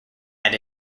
had